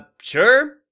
sure